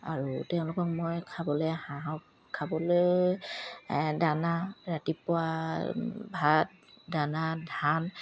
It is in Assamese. আৰু তেওঁলোকক মই খাবলে হাঁহক খাবলৈ দানা ৰাতিপুৱা ভাত দানা ধান